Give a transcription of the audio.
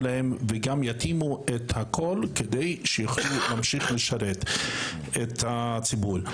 להם וגם יתאימו את הכול כדי שיכולו להמשך לשרת את הציבור.